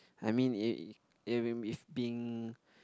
I mean if if even if being